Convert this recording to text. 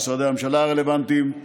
משרדי הממשלה הרלוונטיים,